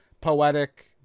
poetic